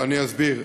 אני אסביר.